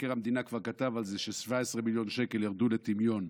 מבקר המדינה כבר כתב על זה ש-17 מיליון שקל ירדו לטמיון,